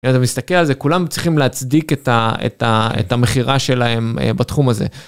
אם אתה מסתכל על זה, כולם צריכים להצדיק את המכירה שלהם בתחום הזה.